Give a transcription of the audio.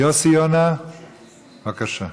יוסי יונה, בבקשה.